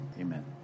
amen